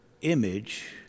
image